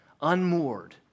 unmoored